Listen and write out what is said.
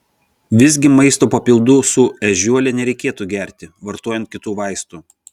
visgi maisto papildų su ežiuole nereikėtų gerti vartojant kitų vaistų